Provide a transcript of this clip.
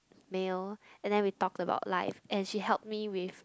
meal and then we talked about life and she helped me with